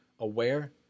aware